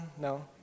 No